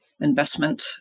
investment